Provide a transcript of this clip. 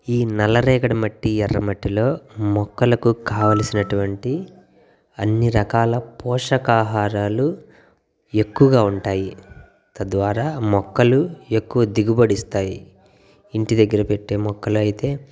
ఈ నల్లరేగడి మట్టి ఎర్ర మట్టిలో మొక్కలకు కావలసినటువంటి అన్ని రకాల పోషక ఆహారాలు ఎక్కువగా ఉంటాయి తద్వారా మొక్కలు ఎక్కువ దిగుబడి ఇస్తాయి ఇంటి దగ్గర పెట్టే ముక్కలు అయితే